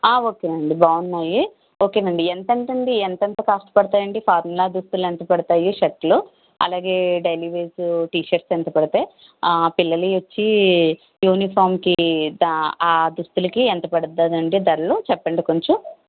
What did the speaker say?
ఆ ఓకే అండి బాగున్నాయి ఓకే అండి ఎంతెంత అండి ఎంతెంత కాస్ట్ పడతాయి ఫార్మల్ దుస్తులు ఎంత పడతాయి షర్ట్లు అలాగే డైలీ వేర్ టీషర్ట్స్ ఎంత పడతాయి ఆ పిల్లలవి వచ్చి యూనిఫారంకి ఆ దుస్తులకి ఎంత పడతాయి అండి ధరలు చెప్పండి కొంచెం